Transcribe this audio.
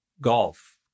golf